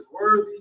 worthy